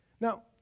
Now